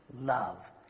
Love